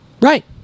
Right